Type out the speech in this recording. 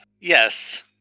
Yes